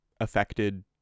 affected